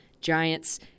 Giants